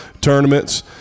tournaments